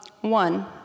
One